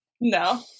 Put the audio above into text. no